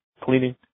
Cleaning